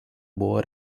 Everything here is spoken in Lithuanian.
buvo